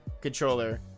controller